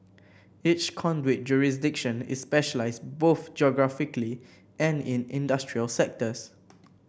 each conduit jurisdiction is specialised both geographically and in industrial sectors